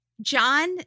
John